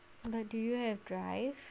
but do you have drive